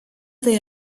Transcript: they